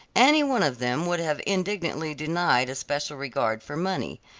any one of them would have indignantly denied a special regard for money.